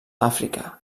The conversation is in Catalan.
àfrica